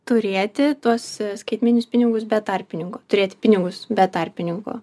turėti tuos skaitmeninius pinigus be tarpininkų turėti pinigus be tarpininko